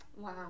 wow